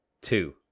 two